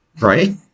right